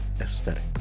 Aesthetics